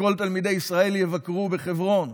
שכל תלמידי ישראל יבקרו בחברון,